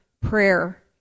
prayer